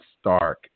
Stark